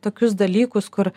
tokius dalykus kur